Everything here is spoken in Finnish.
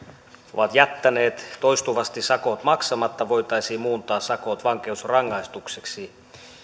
ovat jättäneet toistuvasti sakot maksamatta voitaisiin muuntaa sakot vankeusrangaistukseksi